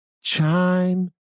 chime